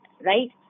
right